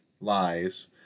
lies